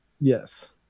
Yes